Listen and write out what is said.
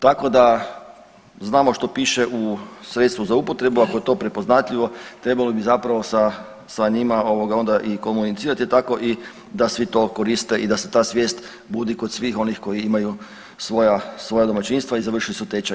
Tako da znamo što piše u sredstvu za upotrebu, ako je to prepoznatljivo trebalo bi zapravo sa njima onda i komunicirati, tako da svi to koriste i da se ta svijest budi kod svih onih koji imaju svoja domaćinstva i završili su tečaj.